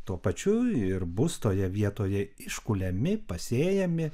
tuo pačiu ir bus toje vietoje iškuliami pasėjami